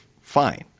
fine